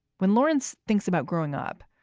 when lawrence thinks about growing up,